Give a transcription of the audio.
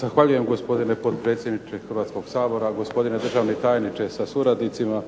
Zahvaljujem, gospodine potpredsjedniče Hrvatskoga sabora. Gospodine državni tajniče sa suradnicima.